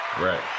right